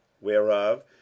whereof